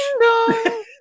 No